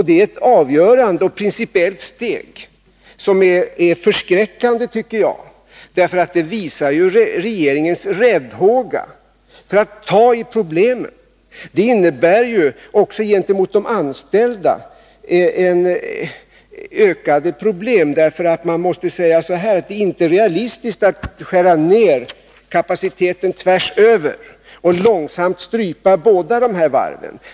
Det är ett principiellt avgörande steg som enligt min mening förskräcker, därför att det visar regeringens räddhåga när det gäller att ta tag i problemen. Vad gäller de anställda innebär det också ökade problem. Det är inte realistiskt att skära ned kapaciteten tvärs över och i realiteten långsamt strypa båda varven.